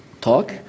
talk